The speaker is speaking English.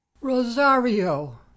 rosario